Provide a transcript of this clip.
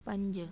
पंज